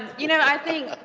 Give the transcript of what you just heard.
you know, i think,